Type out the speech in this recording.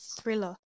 thriller